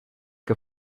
que